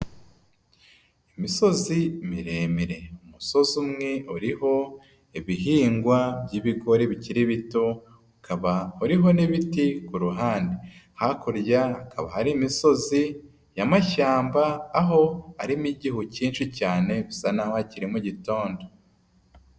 Imisozi miremire umusozi umwe uriho ibihingwa by'ibigori bikiri bito, ukaba uriho n'ibiti ku ruhande hakurya hakaba hari imisozi y'amashyamba aho arimo igihu kinshi cyane bisa naho hakiri mu gitondo.